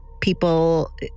people